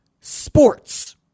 sports